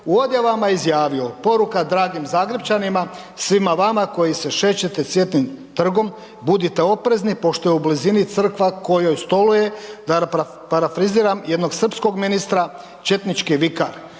u odjavama izjavio poruka dragim Zagrepčanima, svima vama koji se šećete Cvjetnim trgom, budite oprezni pošto je u blizini u kojoj stoluje da parafraziram jednog srpskog ministra, četnički vikar.